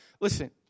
listen